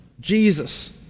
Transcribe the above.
Jesus